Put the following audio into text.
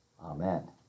Amen